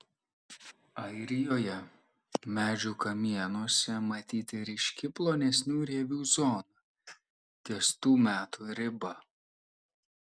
airijoje medžių kamienuose matyti ryški plonesnių rievių zona ties tų metų riba